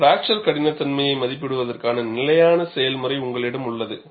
fracture கடினத்தன்மையை மதிப்பிடுவதற்கான நிலையான செயல்முறை உங்களிடம் உள்ளது